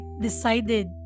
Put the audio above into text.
decided